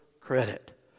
credit